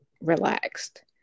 relaxed